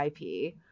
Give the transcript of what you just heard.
IP